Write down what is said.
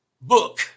book